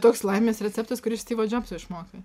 toks laimės receptas kurį iš stivo džobso išmokai